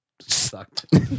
sucked